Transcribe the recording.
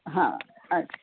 हां अच्छा